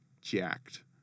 jacked